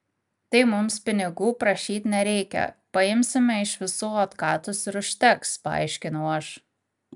tai mums pinigų prašyti nereikia paimsime iš visų otkatus ir užteks paaiškinau aš